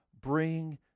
bring